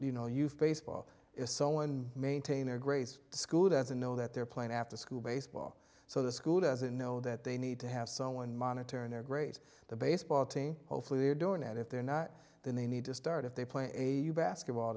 you know you've baseball is so one maintainer grace school doesn't know that they're playing after school baseball so the school doesn't know that they need to have someone monitoring their grades the baseball team hopefully they're doing that if they're not then they need to start if they play a basketball